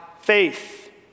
faith